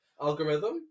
algorithm